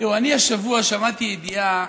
אני השבוע שמעתי ידיעה